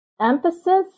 emphasis